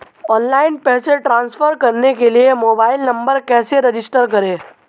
Online पैसे transfer करने के लिए मोबाइल नंबर कैसे रजिस्टर करें?